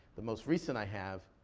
the most recent i have,